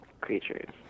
creatures